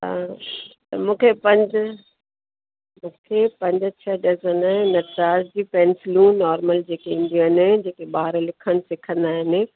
तव्हां त मूंखे पंज मूंखे पंज छह डज़न नटराज जी पेंसिलूं नॉर्मल जेके ईंदियूं आहिनि जेके ॿार लिखणु सिखंदा आहिनि